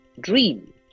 dream